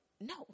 No